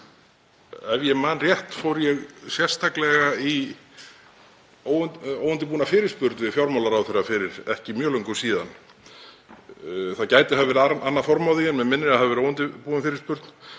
ef ég man rétt fór ég sérstaklega í óundirbúna fyrirspurn til fjármálaráðherra fyrir ekki mjög löngu síðan. Það gæti hafa verið annað form á því en mig minnir að það hafi verið óundirbúin fyrirspurn.